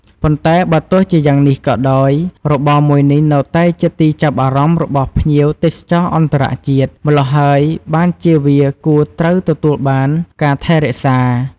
ប៉ុន្តែបើទោះជាយ៉ាងនេះក៏ដោយ របរមួយនេះនៅតែជាទីចាប់អារម្មណ៍របស់ភ្ញៀវទេសចរអន្តរជាតិ ម្លោះហើយបានជាវាគួរត្រូវទទួលបានការថែរក្សា។